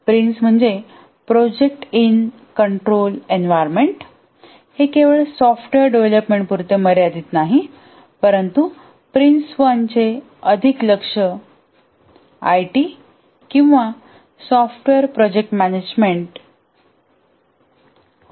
prince म्हणजे project in control environment हे केवळ सॉफ्टवेअर डेव्हलपमेंटापुरते मर्यादित नाही परंतु प्रिन्स 1 चे अधिक लक्ष्य आयटी किंवा सॉफ्टवेअर प्रोजेक्ट मॅनेजमेंट होते